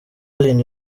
arinda